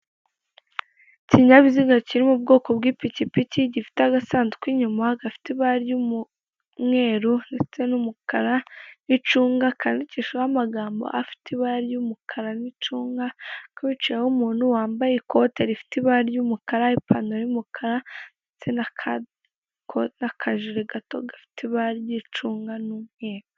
Ikinyabiziga kiri mu ubwoko bw'pikipiki, gifite agasanduku inyuma gafite ibara ry'umweru ndetse n'umukara n'icunga. Kandikishijeho amagambo afite ibara ry'umukara nk'icunga. Kicayeho umuntu wambaye ikote rifite ibara ry'umukara, ipantaro y'umukara ndetse n'akajiri gato gafite ibara ry'icunga n'umweru.